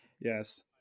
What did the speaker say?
Yes